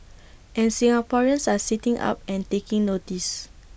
and Singaporeans are sitting up and taking notice